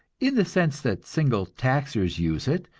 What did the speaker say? in the sense that single taxers use it,